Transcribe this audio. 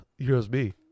USB